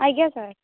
ଆଜ୍ଞା ସାର୍